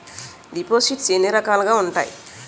దిపోసిస్ట్స్ ఎన్ని రకాలుగా ఉన్నాయి?